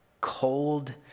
cold